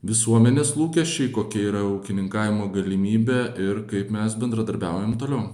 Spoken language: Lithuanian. visuomenės lūkesčiai kokia yra ūkininkavimo galimybė ir kaip mes bendradarbiaujam toliau